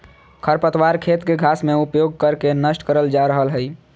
खरपतवार खेत के घास में उपयोग कर के नष्ट करल जा रहल हई